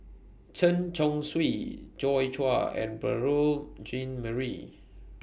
Chen Chong Swee Joi Chua and Beurel Jean Marie